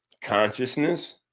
Consciousness